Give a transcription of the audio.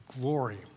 glory